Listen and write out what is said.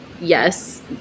yes